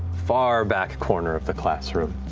far back corner of the classroom.